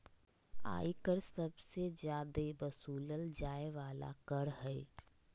आय कर सबसे जादे वसूलल जाय वाला कर हय